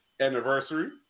anniversary